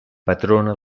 patrona